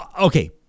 okay